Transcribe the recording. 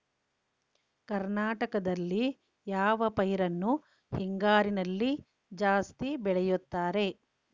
ಕರ್ನಾಟಕದಲ್ಲಿ ಯಾವ ಪೈರನ್ನು ಹಿಂಗಾರಿನಲ್ಲಿ ಜಾಸ್ತಿ ಬೆಳೆಯುತ್ತಾರೆ?